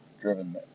driven